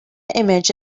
image